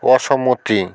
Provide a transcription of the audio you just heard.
অসম্মতি